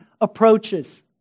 approaches